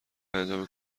انجام